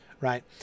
right